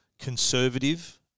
conservative